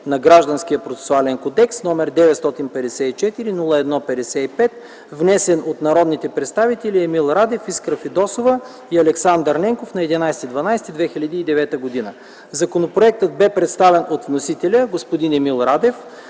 на Гражданския процесуален кодекс, № 954-01-55, внесен от народните представители Емил Радев, Искра Фидосова и Александър Ненков на 11.12.2009 г. Законопроектът бе представен от вносителя – господин Емил Радев.